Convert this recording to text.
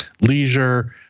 leisure